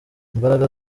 imbaraga